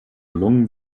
lungen